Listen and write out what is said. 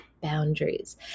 boundaries